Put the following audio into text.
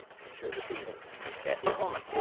she's here this evening cathy coleman.